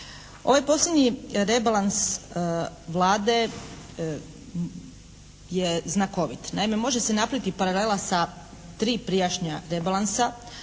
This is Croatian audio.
Ovaj posljednji rebalans Vlade je znakovit. Naime može se napraviti paralela sa tri prijašnja rebalansa,